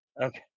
Okay